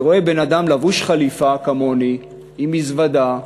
אני רואה בן-אדם לבוש חליפה, כמוני, עם מזוודה,